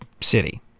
city